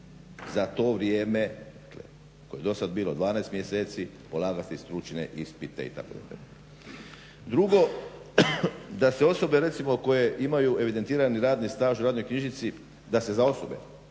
za to vrijeme koje je do sada bilo 12 mjeseci polagati stručne ispite itd. Drugo, da se osobe recimo koje imaju evidentirani radni staž u radnoj knjižici, da se za osobe